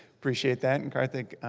appreciate that, and karthik,